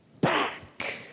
back